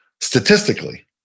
statistically